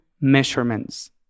measurements